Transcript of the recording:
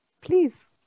Please